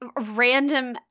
random